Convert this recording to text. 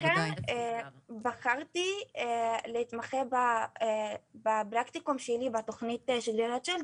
לכן בחרתי להתמחות בתוכנית של שגרירי רוטשילד.